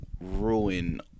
ruin